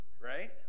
right